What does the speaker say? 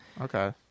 Okay